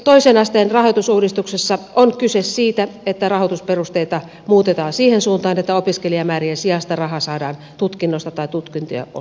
toisen asteen rahoitusuudistuksessa on kyse siitä että rahoitusperusteita muutetaan siihen suuntaan että opiskelijamää rien sijasta raha saadaan tutkinnoista tai tutkintojen osista